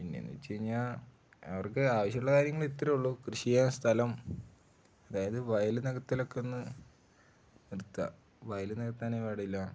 പിന്നെ എന്നുവച്ചുകഴിഞ്ഞാല് അവർക്ക് ആവശ്യമുള്ള കാര്യങ്ങള് ഇത്രയേ ഉള്ളൂ കൃഷി ചെയ്യാന് സ്ഥലം അതായത് വയല് നികത്തിലൊക്കെ ഒന്നു നിർത്തുക വയല് നികത്താനേ പാടില്ല